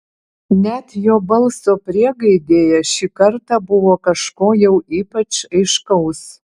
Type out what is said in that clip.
net jo balso priegaidėje šį kartą buvo kažko jau ypač aiškaus